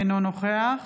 אינו נוכח